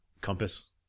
compass